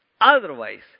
otherwise